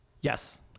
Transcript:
yes